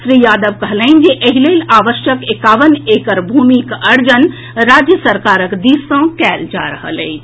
श्री यादव कहलनि जे एहि लेल आवश्यक एकावन एकड़ भूमिक अर्जन राज्य सरकारक दिस सॅ कएल जा रहल अछि